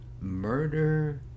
murder